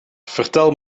vertel